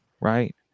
right